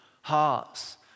hearts